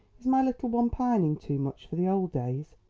is my little one pining too much for the old days?